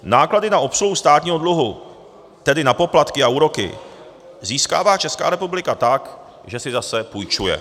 Náklady na obsluhu státního dluhu, tedy na poplatky a úroky, získává Česká republika tak, že si zase půjčuje.